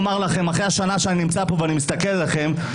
אחרי השנה שאני נמצא פה ומסתכל עליכם,